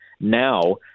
Now